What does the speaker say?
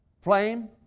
Flame